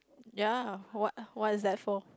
ya what what's that for